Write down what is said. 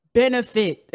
benefit